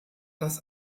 dass